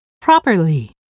Properly